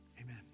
Amen